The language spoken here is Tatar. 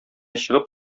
чыгып